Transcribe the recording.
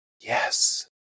Yes